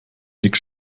nick